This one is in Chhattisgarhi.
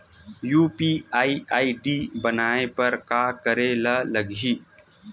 यू.पी.आई आई.डी बनाये बर का करे ल लगही?